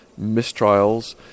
mistrials